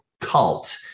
cult